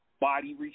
Body